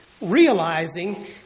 realizing